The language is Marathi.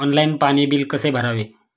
ऑनलाइन पाणी बिल कसे भरावे?